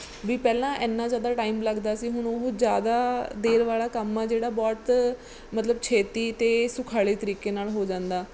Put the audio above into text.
ਵੀ ਪਹਿਲਾਂ ਇੰਨਾਂ ਜ਼ਿਆਦਾ ਟਾਈਮ ਲੱਗਦਾ ਸੀ ਹੁਣ ਉਹ ਜ਼ਿਆਦਾ ਦੇਰ ਵਾਲਾ ਕੰਮ ਆ ਜਿਹੜਾ ਬਹੁਤ ਮਤਲਬ ਛੇਤੀ ਅਤੇ ਸੁਖਾਲੇ ਤਰੀਕੇ ਨਾਲ ਹੋ ਜਾਂਦਾ